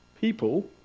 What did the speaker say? people